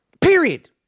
Period